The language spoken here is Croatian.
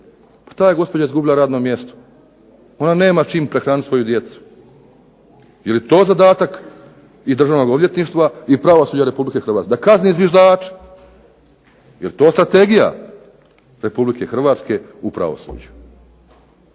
ta je gospođa izgubila radno mjesto, ona nema čime prehraniti svoju djecu. Je li to zadatak i Državnog odvjetništva i pravosuđa Republike Hrvatske da kazni zviždače. Je li to strategija Republike Hrvatske u pravosuđu.